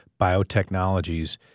biotechnologies